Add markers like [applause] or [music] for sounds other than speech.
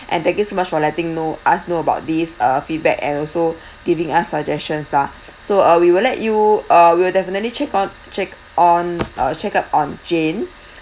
and thank you so much for letting know us know about these uh feedback and also giving us suggestions lah so uh we will let you uh we'll definitely check on check on [noise] uh check up on jane